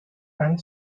and